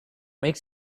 makes